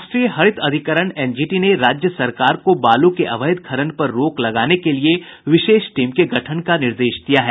राष्ट्रीय हरित अधिकरण एनजीटी ने राज्य सरकार को बालू के अवैध खनन पर रोक लगाने के लिए विशेष टीम के गठन का निर्देश दिया है